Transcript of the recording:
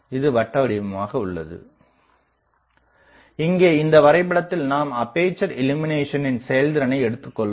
இது வட்டவடிவமாக உள்ளது இங்கே இந்த வரைபடத்தில் நாம்அப்பேசர் இல்லுமினேஷனின் செயல்திறனை எடுத்துக்கொள்வோம்